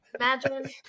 Imagine